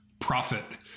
profit